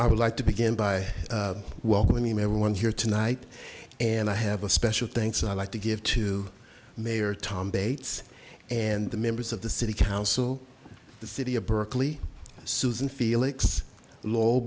i would like to begin by welcoming everyone here tonight and i have a special thanks i'd like to give to mayor tom bates and the members of the city council the city of berkeley susan felix lo